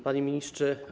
Panie Ministrze!